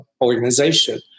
organization